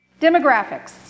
Demographics